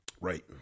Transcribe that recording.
Right